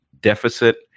deficit